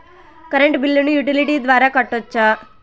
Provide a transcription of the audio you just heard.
Current బిల్లును utility ద్వారా కట్టొచ్చా?